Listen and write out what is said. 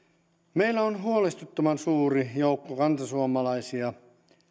meillä on huolestuttavan suuri joukko kantasuomalaisia